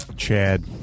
Chad